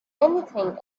anything